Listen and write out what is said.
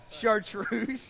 chartreuse